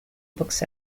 books